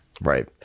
Right